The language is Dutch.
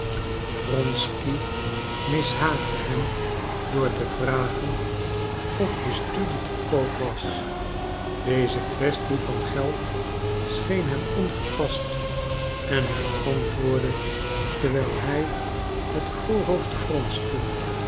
wronsky mishaagde hem door te vragen of de studie te koop was deze kwestie van geld scheen hem ongepast en hij antwoordde terwijl hij het voorhoofd fronste